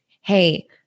hey